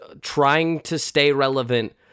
trying-to-stay-relevant